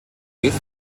with